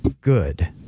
good